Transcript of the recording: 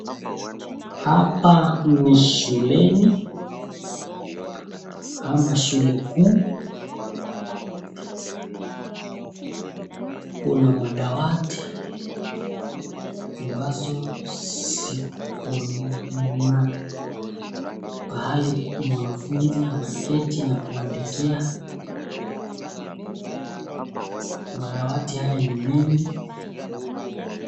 Hapa ni shuleni ama shule kuu. Kuna madawati ambazo ziko na pahali mwanafunzi anaketi na kuandikia. Madawati haya ni mengi.